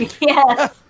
Yes